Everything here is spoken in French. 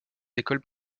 écoles